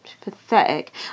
Pathetic